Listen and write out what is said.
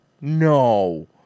No